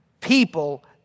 people